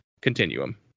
Continuum